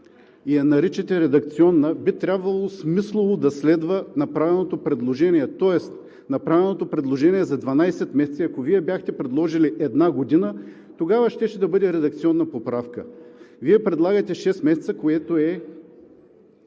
и я наричате редакционна, би трябвало смислово да следва направеното предложение, тоест предложението „12 месеца“. Ако Вие бяхте предложили „една година“, тогава щеше да бъде редакционна поправка, Вие предлагате 6 месеца, което е